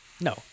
No